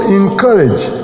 encourage